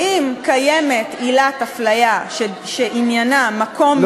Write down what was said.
שאם קיימת עילת הפליה שעניינה מקום מגורים,